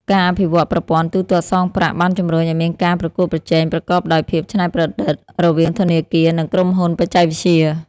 ការអភិវឌ្ឍប្រព័ន្ធទូទាត់សងប្រាក់បានជំរុញឱ្យមានការប្រកួតប្រជែងប្រកបដោយភាពច្នៃប្រឌិតរវាងធនាគារនិងក្រុមហ៊ុនបច្ចេកវិទ្យា។